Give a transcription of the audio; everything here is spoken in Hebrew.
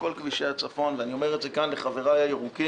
כל כבישי הצפון אני אומר את זה כאן לחבריי הירוקים,